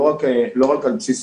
לא רק על בסיס